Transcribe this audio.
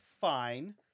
fine